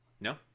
No